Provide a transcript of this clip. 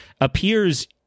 appears